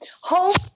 Hope